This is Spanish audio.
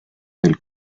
del